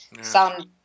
sound